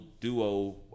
duo